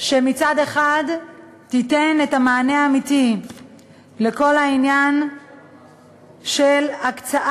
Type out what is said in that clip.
שמצד אחד תיתן את המענה האמיתי על כל העניין של הקצאת